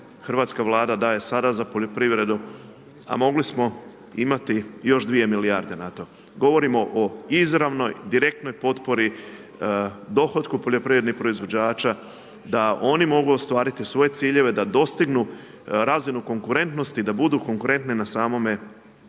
hrvatska Vlada daje sada za poljoprivredu a mogli smo imati još 2 milijarde na to. Govorimo o izravnoj, direktnoj potpori, dohotku poljoprivrednih proizvođača da oni mogu ostvariti svoje ciljeve da dostignu razinu konkurentnosti, da budu konkurentne na samome